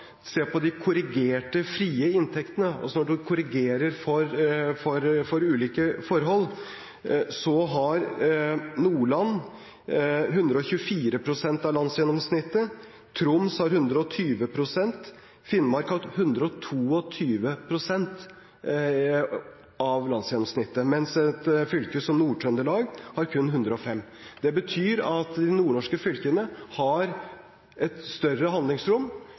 ser på de korrigerte frie inntektene – når vi korrigerer for ulike forhold – har Nordland 124 pst. av landsgjennomsnittet, Troms har 120 pst., Finnmark har 122 pst. av landsgjennomsnittet, mens et fylke som Nord-Trøndelag har kun 105 pst. Det betyr at de nordnorske fylkene har et større handlingsrom